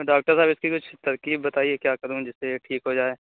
doctor صاحب اِس کی کچھ ترکیب بتائیے کیا کروں جس سے یہ ٹھیک ہو جائے